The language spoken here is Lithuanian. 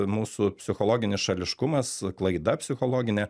mūsų psichologinis šališkumas klaida psichologinė